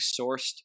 sourced